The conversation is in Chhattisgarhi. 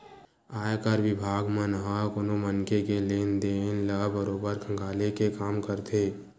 आयकर बिभाग मन ह कोनो मनखे के लेन देन ल बरोबर खंघाले के काम करथे